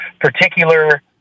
particular